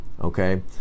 okay